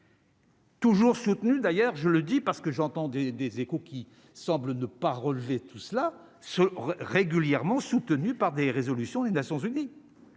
Toujours soutenu d'ailleurs, je le dis parce que j'entends des des Échos qui semble ne pas relever tout cela se régulièrement soutenu par des résolutions des Nations unies.